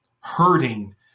hurting